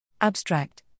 Abstract